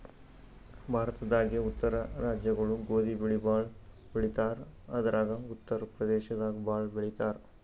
ಭಾರತದಾಗೇ ಉತ್ತರ ರಾಜ್ಯಗೊಳು ಗೋಧಿ ಬೆಳಿ ಭಾಳ್ ಬೆಳಿತಾರ್ ಅದ್ರಾಗ ಉತ್ತರ್ ಪ್ರದೇಶದಾಗ್ ಭಾಳ್ ಬೆಳಿತಾರ್